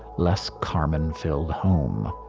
less carmine-filled home.